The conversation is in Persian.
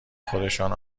خودشان